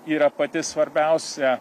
yra pati svarbiausia